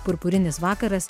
purpurinis vakaras